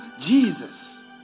Jesus